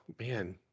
man